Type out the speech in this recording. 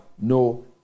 no